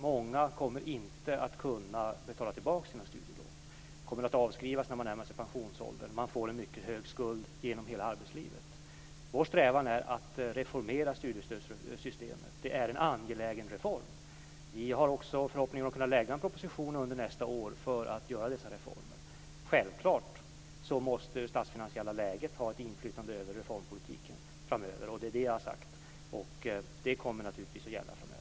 Många kommer inte att kunna betala tillbaka sina studielån. Det kommer att avskrivas när man närmar sig pensionsåldern. Man får en mycket hög skuld genom hela arbetslivet. Vår strävan är att reformera studiestödssystemet. Det är en angelägen reform. Vi har också förhoppningen att kunna lägga en proposition under nästa år för att göra dessa reformer. Det statsfinansiella läget måste självklart ha ett inflytande över reformpolitiken framöver. Det är det jag har sagt. Det kommer naturligtvis att gälla framöver.